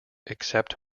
except